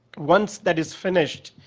once that is finished,